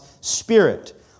Spirit